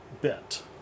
bit